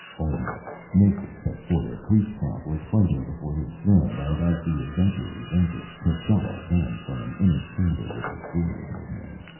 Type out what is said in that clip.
olmec, naked but for a breech-clout, was fighting before his throne, and as the adventurers entered, tascela ran from an inner chamber with a sword in her hand.